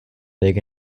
big